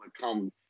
come